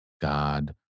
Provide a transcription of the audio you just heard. God